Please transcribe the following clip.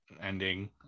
ending